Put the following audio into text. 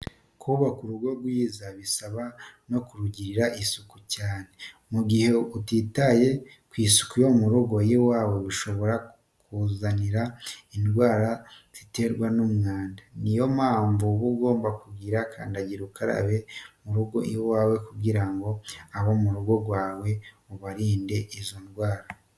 Kubaka urugo rwiza bigusaba no kurugirira isuku cyane. Mu gihe utitaye ku isuku yo mu rugo iwawe bishobora kukuzanira indwara ziterwa n'umwanda. Ni yo mpamvu uba ugomba kugira kandagira ukarabe mu rugo iwawe kugira ngo abo mu rugo rwawe ubarinde izo ndwara.